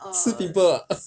吃 pimple ah